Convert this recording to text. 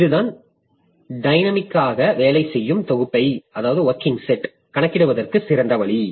இதுதான் டைனமிக்காக வேலை தொகுப்பை கணக்கிடுவதற்கு சிறந்த வழி